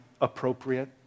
appropriate